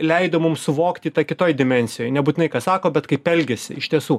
leido mums suvokti tą kitoj dimensijoj nebūtinai ką sako bet kaip elgiasi iš tiesų